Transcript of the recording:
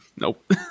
Nope